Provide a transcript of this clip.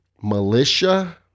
militia